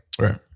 Right